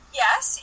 yes